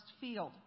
field